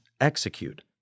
execute